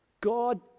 God